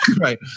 right